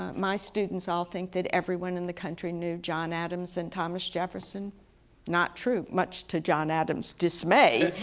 my students all think that everyone in the country knew john adams and thomas jefferson not true, much to john adam's dismay,